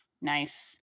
Nice